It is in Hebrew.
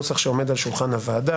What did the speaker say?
הנוסח שעומד על שולחן הוועדה,